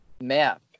map